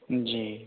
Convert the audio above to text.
जी